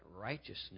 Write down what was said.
righteousness